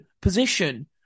position